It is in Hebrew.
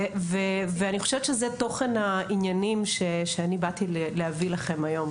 ואני חושבת שזה תוכן העניינים שאני באתי להציג בפניכם היום.